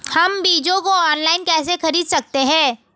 हम बीजों को ऑनलाइन कैसे खरीद सकते हैं?